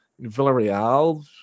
Villarreal